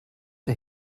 der